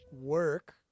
work